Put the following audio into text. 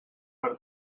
per